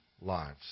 lives